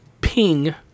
ping